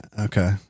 okay